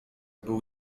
był